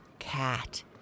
cat